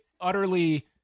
utterly